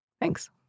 Thanks